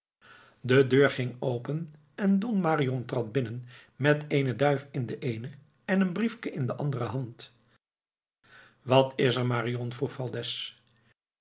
de deur ging open en don marion trad binnen met eene duif in de eene en een briefke in de andere hand wat is er marion vroeg valdez